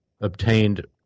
obtained